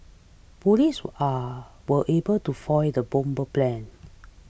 police are were able to foil the bomber's plans